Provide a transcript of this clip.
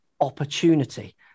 opportunity